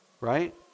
Right